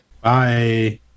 bye